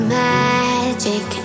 magic